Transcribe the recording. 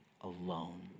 alone